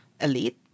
elite